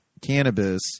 cannabis